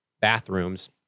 bathrooms